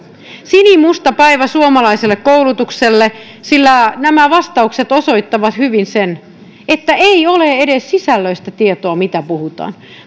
sinimusta päivä suomalaiselle koulutukselle sillä nämä vastaukset osoittavat hyvin sen että ei ole edes sisällöistä tietoa siinä mitä puhutaan